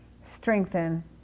strengthen